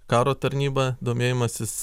karo tarnyba domėjimasis